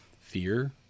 fear